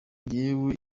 njyewe